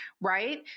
right